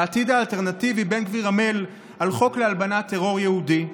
בעתיד האלטרנטיבי בן גביר עמל על חוק להלבנת טרור יהודי,